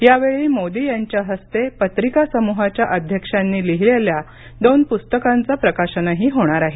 या वेळी मोदी यांच्या हस्ते पत्रिकासमुहाच्या अध्यक्षांनी लिहिलेल्या दोन पुस्तकांचे प्रकाशनही होणार आहे